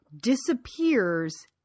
disappears